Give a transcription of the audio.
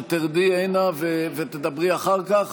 שתרדי הנה ותדברי אחר כך?